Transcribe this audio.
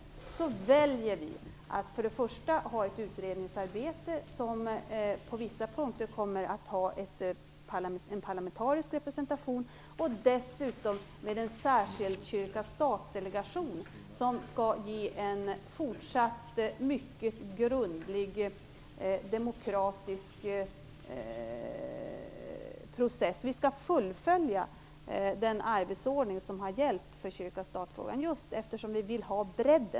Därför väljer vi ett utredningsarbete, som på vissa punkter kommer att ha en parlamentarisk representation, och dessutom en särskild kyrka-stat-delegation. Detta innebär en fortsatt mycket grundlig demokratisk process. Vi skall fullfölja den arbetsordning som har gällt för kyrka-stat-frågan därför att vi vill ha en viss bredd.